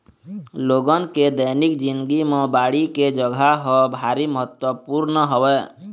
लोगन के दैनिक जिनगी म बाड़ी के जघा ह भारी महत्वपूर्न हवय